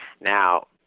Now